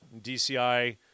DCI